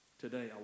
today